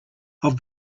have